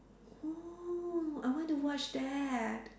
oh I want to watch that